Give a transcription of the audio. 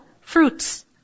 fruits